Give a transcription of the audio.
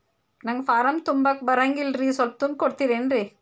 ನಂಗ ಫಾರಂ ತುಂಬಾಕ ಬರಂಗಿಲ್ರಿ ಸ್ವಲ್ಪ ತುಂಬಿ ಕೊಡ್ತಿರೇನ್ರಿ?